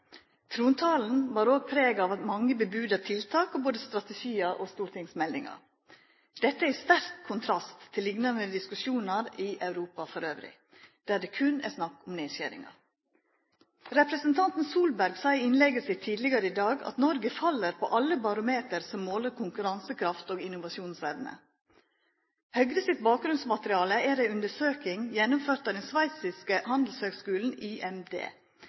Trontalen bar òg preg av mange varsla tiltak og av både strategiar og stortingsmeldingar. Dette er i sterk kontrast til liknande diskusjonar i Europa elles, der det berre er snakk om nedskjeringar. Representanten Solberg sa i innlegget sitt tidlegare i dag at Noreg fell på alle barometer som måler konkurransekraft og innovasjonsevne. Høgre sitt bakgrunnsmateriale er ei undersøking gjennomførd av den sveitsiske handelshøgskulen, IMD,